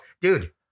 dude